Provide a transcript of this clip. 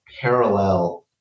parallel